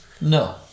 No